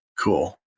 cool